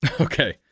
Okay